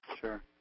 Sure